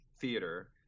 theater